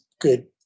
good